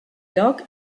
lloc